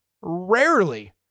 Rarely